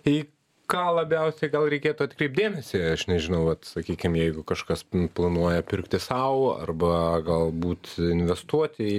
į ką labiausiai gal reikėtų atkreipt dėmesį aš nežinau vat sakykim jeigu kažkas planuoja pirkti sau arba galbūt investuoti į